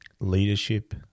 Leadership